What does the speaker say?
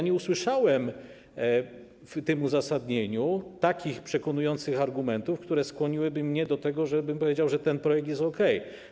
Nie usłyszałem w tym uzasadnieniu takich przekonujących argumentów, które skłoniłyby mnie do tego, żebym powiedział, że ten projekt jest okej.